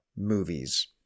movies